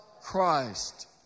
Christ